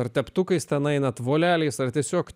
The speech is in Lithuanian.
ar teptukais ten einate voleliais ar tiesiog